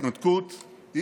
היא לא עשתה זאת בהתנתקות,